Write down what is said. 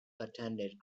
attended